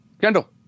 Kendall